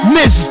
Miss